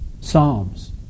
Psalms